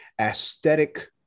aesthetic